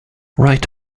right